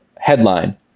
Headline